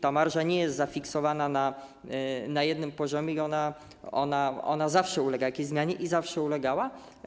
Ta marża nie jest zafiksowana na jednym poziomie, ona zawsze ulega jakiejś zmianie i zawsze ulegała.